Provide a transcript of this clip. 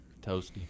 Toasty